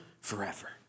Forever